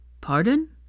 Pardon